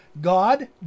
God